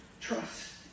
trust